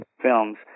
Films